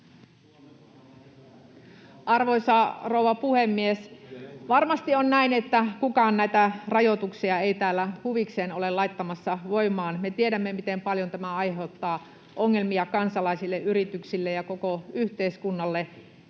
Arvoisa rouva puhemies! Varmasti on näin, että kukaan näitä rajoituksia ei täällä huvikseen ole laittamassa voimaan. Me tiedämme, miten paljon tämä aiheuttaa ongelmia kansalaisille ja yrityksille ja koko yhteiskunnalle